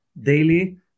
Daily